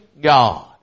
God